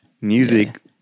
music